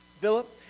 Philip